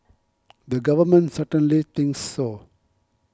the government certainly thinks so